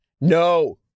No